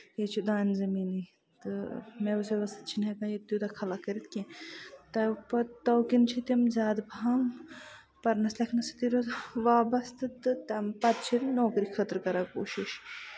ییٚتہِ چھُ دانہِ زٔمیٖنٕے تہٕ میوَس ویوَس چھِنہٕ ییٚتہِ ہٮ۪کان توٗتاہ خلک کٔرِتھ کیٚنہہ تَو کِنۍ چھِ تِم زیادٕ پھمب پَرنَس لٮ۪کھنَس سۭتہِ روزان واپَستہٕ تہٕ تَمہِ پَتہٕ چھِ نوکری خٲطرٕ کران کوٗشِش